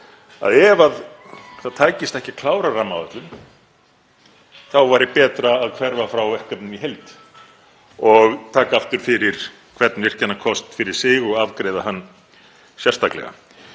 ef það tækist ekki að klára rammaáætlun væri betra að hverfa frá verkefninu í heild og taka aftur fyrir hvern virkjunarkost fyrir sig og afgreiða hann sérstaklega.